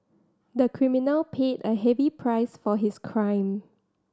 the criminal paid a heavy price for his crime